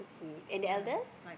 K and the eldest